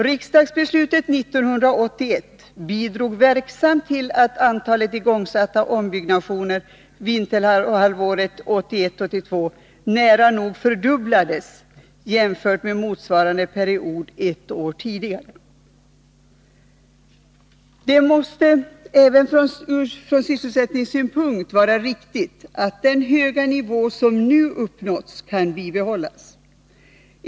Riksdagsbeslutet 1981 bidrog verksamt till att antalet igångsatta ombyggnationer vinterhalvåret 1981-1982 nära nog fördubblades jämfört med motsvarande period ett år tidigare. Det måste även från sysselsättningssynpunkt vara viktigt att den höga nivå som nu uppnåtts kan bibehållas.